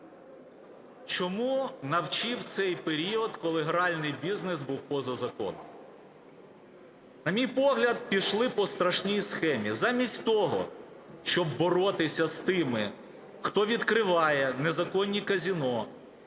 Чому навчив цей період, коли гральний бізнес був поза законом? На мій погляд, пішли по страшній схемі. Замість того, щоб боротися з тими, хто відкриває незаконні казино,